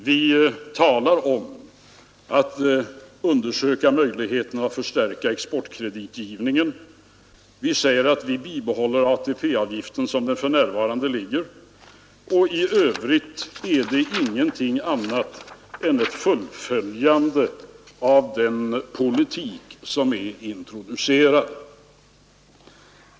Vi talar om att undersöka möjligheterna att förstärka exportkreditgivningen. Vi säger att vi bibehåller ATP-avgiften som den är för närvarande; och i övrigt är det ingenting annat än ett fullföljande av den politik som är introducerad.